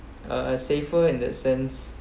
uh safer in that sense